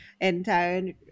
entire